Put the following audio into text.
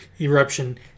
Eruption